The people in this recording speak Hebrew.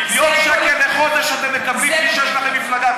מיליון שקל לחודש אתם מקבלים, למפלגה.